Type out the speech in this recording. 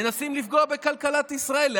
מנסים לפגוע בכלכלת ישראל.